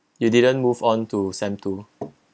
you didn't move on to sem two